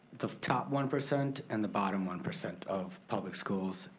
the top one percent and the bottom one percent of public schools.